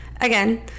again